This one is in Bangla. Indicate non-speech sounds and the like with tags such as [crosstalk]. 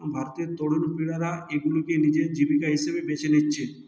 ভারতের তরুণ [unintelligible] এগুলোকে নিজের জীবিকা হিসেবে বেছে নিচ্ছে